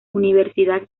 universidad